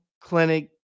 clinic